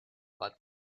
but